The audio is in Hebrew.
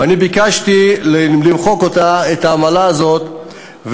ואני ביקשתי למחוק אותה, את העמלה הזאת.